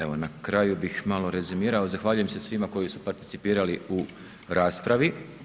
Evo na kraju bih malo rezimirao, zahvaljujem se svima koji su participirali u raspravi.